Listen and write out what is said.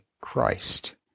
christ